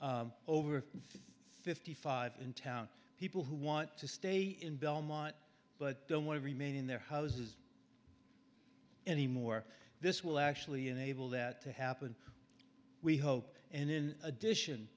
over fifty five in town people who want to stay in belmont but don't want to remain in their houses anymore this will actually enable that to happen we hope and in addition